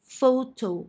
Photo